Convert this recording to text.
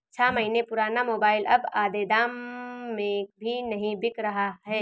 छह महीने पुराना मोबाइल अब आधे दाम में भी नही बिक रहा है